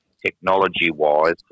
Technology-wise